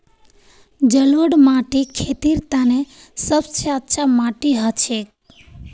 जलौढ़ माटी खेतीर तने सब स अच्छा माटी हछेक